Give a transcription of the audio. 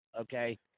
okay